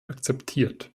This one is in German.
akzeptiert